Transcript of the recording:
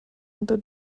unter